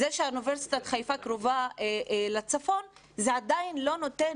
זה שאוניברסיטת חיפה קרובה לצפון זה עדיין לא נותן